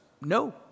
No